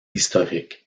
historiques